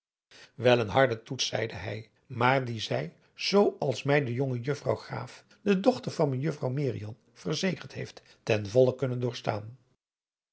een harde toets zeide hij maar dien zij zoo als mij de jonge juffrouw graff de dochter van mejuffrouw merian verzekerd heeft ten volle kunnen doorstaan